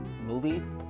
movies